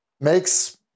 makes